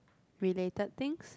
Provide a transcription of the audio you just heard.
related things